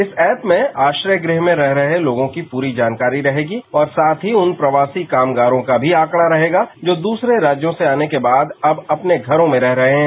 इस ऐप में आश्रय गृह में रह रहे लोगों की पूरी जानकारी रहेगी और साथ ही उन प्रवासी कामगारों का भी आंकड़ा रहेगा जो दूसरे राज्यों से आने के बाद अब अपने घरों में रह रहे हैं